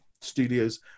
studios